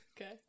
Okay